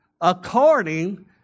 according